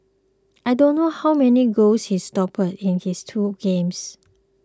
I don't know how many goals he stopped in his two games